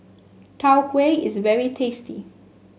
Tau Huay is very tasty